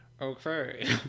Okay